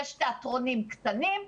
יש תיאטרונים קטנים,